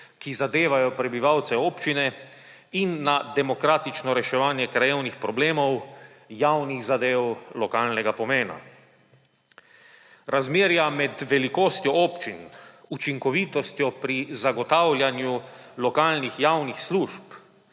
ki zadevajo prebivalce občine, in na demokratično reševanje krajevnih problemov, javnih zadev lokalnega pomena. Razmerja med velikostjo občin, učinkovitostjo pri zagotavljanju lokalnih javnih služb